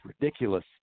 ridiculous